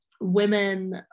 Women